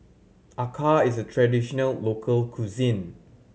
Acar is a traditional local cuisine